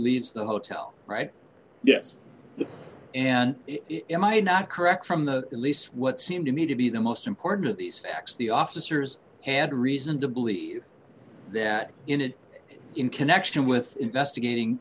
leaves the hotel right yes and in my not correct from the police what seemed to me to be the most important of these facts the officers had reason to believe that in it in connection with investigating